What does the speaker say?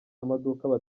amaduka